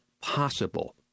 possible